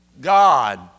God